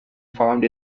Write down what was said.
found